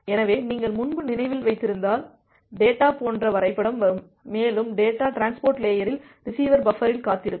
எனவே நீங்கள் முன்பு நினைவில் வைத்திருந்தால் டேட்டா போன்ற வரைபடம் வரும் மேலும் டேட்டா டிரான்ஸ்போர்ட் லேயரில் ரிசீவர் பஃப்பரில் காத்திருக்கும்